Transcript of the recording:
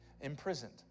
imprisoned